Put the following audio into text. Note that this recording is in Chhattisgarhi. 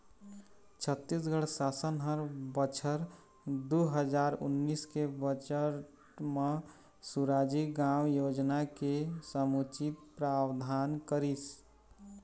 छत्तीसगढ़ सासन ह बछर दू हजार उन्नीस के बजट म सुराजी गाँव योजना के समुचित प्रावधान करिस